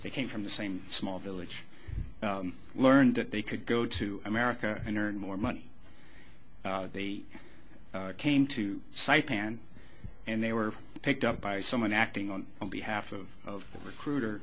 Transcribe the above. they came from the same small village learned that they could go to america and earn more money they came to site pan and they were picked up by someone acting on behalf of the recruiter